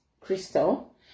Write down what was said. crystal